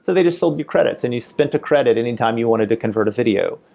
they just sold you credits and you spent a credit anytime you wanted to convert a video.